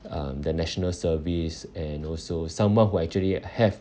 um the national service and also someone who actually have